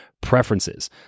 preferences